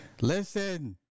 Listen